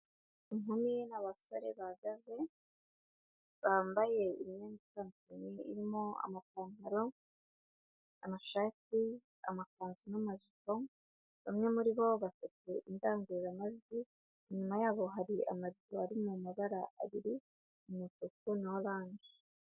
Inkumi, abasore bahagaze bambaye imyenda itandukanye. Irimo: amapantaro, amashati, amakanzu n'amajipo. Bamwe muri bo bafite indangururamajwi. Inyuma yabo hari amarido ari mu mabara abiri umutuku na orange.